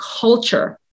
culture